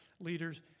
leaders